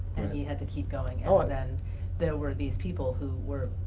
and he had to keep going ah and then there were these people who were.